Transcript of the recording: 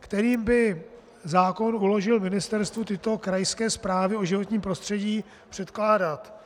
kterým by zákon uložil ministerstvu tyto krajské zprávy o životním prostředí předkládat.